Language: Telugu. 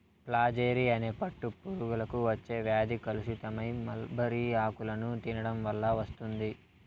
ఫ్లాచెరీ అనే పట్టు పురుగులకు వచ్చే వ్యాధి కలుషితమైన మల్బరీ ఆకులను తినడం వల్ల వస్తుంది